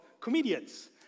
comedians